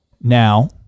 Now